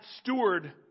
steward